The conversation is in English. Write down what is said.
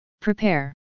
prepare